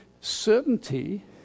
certainty